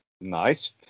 Nice